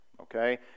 Okay